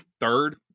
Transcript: third